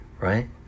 right